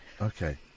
Okay